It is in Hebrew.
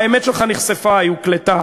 האמת שלך נחשפה, היא הוקלטה.